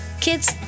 Kids